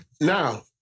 Now